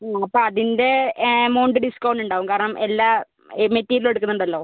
അപ്പം അതിൻ്റെ amount discount ഉണ്ടാവും കാരണം എല്ലാ മെറ്റീരിയലും എടുക്കുന്നുണ്ടല്ലോ